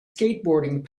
skateboarding